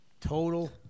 Total